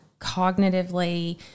cognitively